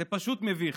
זה פשוט מביך.